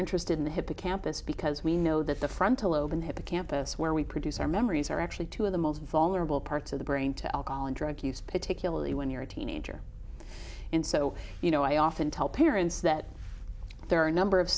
interested in the hippocampus because we know that the frontal lobe in the hippocampus where we produce our memories are actually two of the most vulnerable parts of the brain to alcohol and drug use particularly when you're a teenager and so you know i often tell parents that there are a number of